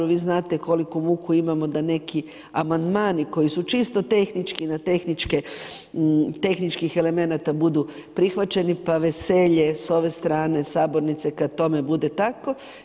Vi znate koliku muku imamo da neki amandmani koji su čisto tehnički, tehničkih elemenata budu prihvaćeni, pa veselje s ove strane sabornice kad tome bude tako.